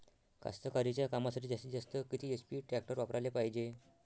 कास्तकारीच्या कामासाठी जास्तीत जास्त किती एच.पी टॅक्टर वापराले पायजे?